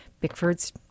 Bickford's